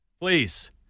Please